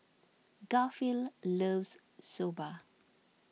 Garfield loves Soba